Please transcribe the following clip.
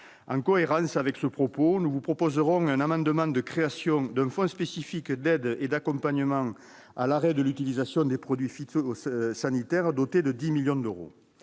Par conséquent, nous proposerons un amendement de création d'un « fonds spécifique d'aide et d'accompagnement à l'arrêt de l'utilisation de produits phytosanitaires », doté de 10 millions d'euros.